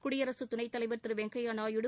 குடியரசுதுணைத்தலைவர் திருவெங்கையாநாயுடு